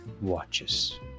watches